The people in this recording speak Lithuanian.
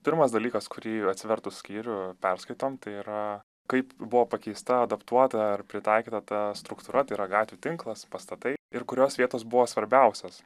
pirmas dalykas kurį atsivertus skyrių perskaitom tai yra kaip buvo pakeista adaptuota ar pritaikyta ta struktūra tai yra gatvių tinklas pastatai ir kurios vietos buvo svarbiausios